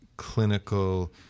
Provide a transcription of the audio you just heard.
clinical